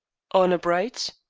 honor bright?